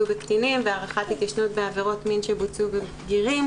בקטינים והארכת התיישנות בעבירות מין שבוצעו בבגירים,